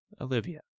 Olivia